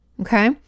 Okay